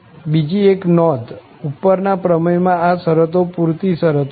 બીજી એક નોંધ ઉપર ના પ્રમેય માં આ શરતો પુરતી શરતો છે